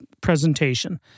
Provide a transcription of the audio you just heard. presentation